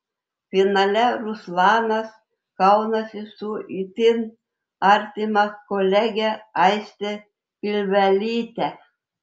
finale ruslanas kaunasi su itin artima kolege aiste pilvelyte